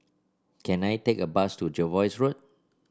can I take a bus to Jervois Road